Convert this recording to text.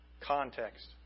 Context